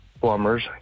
Plumbers